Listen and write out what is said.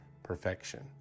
perfection